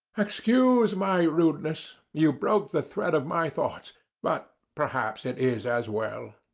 excuse my rudeness. you broke the thread of my thoughts but perhaps it is as well.